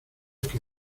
que